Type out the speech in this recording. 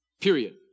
Period